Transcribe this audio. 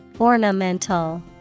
Ornamental